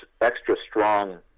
extra-strong